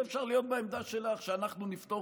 ואפשר להיות בעמדה שלך שאנחנו נפתור